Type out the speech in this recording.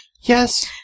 Yes